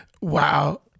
Wow